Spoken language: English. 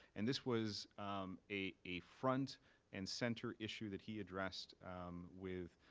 and this was a a front and center issue that he addressed with